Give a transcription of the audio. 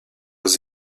aux